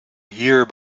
year